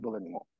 anymore